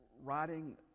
writing